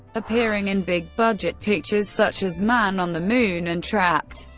appearing in big-budget pictures such as man on the moon and trapped,